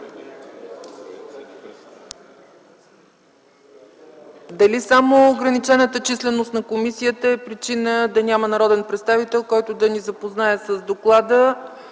Дали само ограничената численост на комисията е причина да няма народен представител, който да ни запознае публично